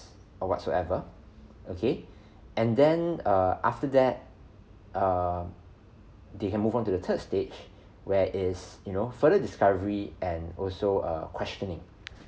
or whatsoever okay and then err after that err they can move on to the third stage where it's you know further discovery and also err questioning